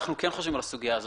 אנחנו כן חושבים על הסוגיה הזאת.